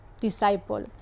disciple